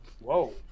Whoa